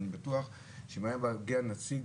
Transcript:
אני בטוח שאם היה מגיע נציג,